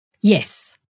Yes